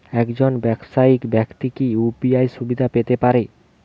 একজন ব্যাবসায়িক ব্যাক্তি কি ইউ.পি.আই সুবিধা পেতে পারে?